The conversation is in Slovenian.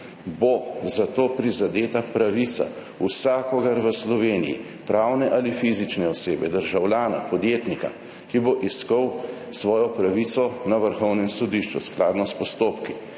zato prizadeta pravica vsakogar v Sloveniji, pravne ali fizične osebe, državljana, podjetnika, ki bo iskal svojo pravico na Vrhovnem sodišču skladno s postopki